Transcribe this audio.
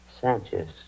Sanchez